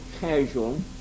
casual